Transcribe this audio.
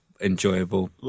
enjoyable